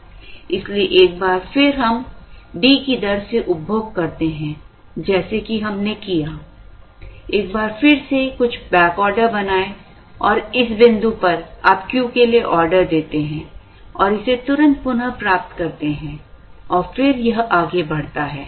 इसलिए एक बार फिर हम D की दर से उपभोग करते हैं जैसे कि हमने क्या किया एक बार फिर से कुछ बैकऑर्डर बनाएं और इस बिंदु पर आप Q के लिए ऑर्डर देते हैं और इसे तुरंत पुनः प्राप्त करते हैं और फिर यह आगे बढ़ता है